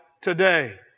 today